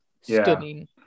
stunning